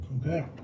Okay